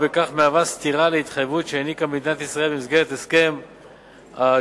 ובכך מהווה סתירה להתחייבות שהעניקה מדינת ישראל במסגרת הסכם ה-GPA.